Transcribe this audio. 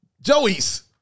Joey's